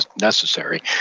necessary